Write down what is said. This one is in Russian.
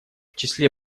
числе